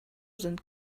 sind